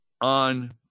on